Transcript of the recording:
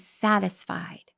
satisfied